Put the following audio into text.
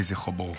יהי זכרו ברוך.